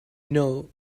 know